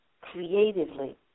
creatively